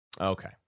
Okay